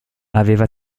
aveva